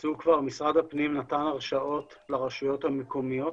משרד הפנים נתן הרשאות לרשויות המקומיות,